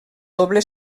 doble